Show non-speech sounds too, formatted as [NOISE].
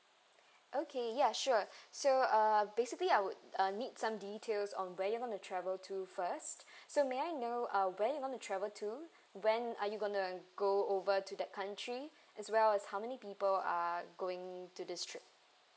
okay ya sure so uh basically I would uh need some details on where you going to travel to first [BREATH] so may I know uh when you going to travel to when are you going to go over to that country as well as how many people are going to this trip